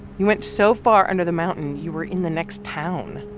you went so far under the mountain, you were in the next town.